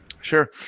Sure